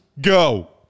go